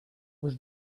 was